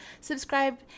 subscribe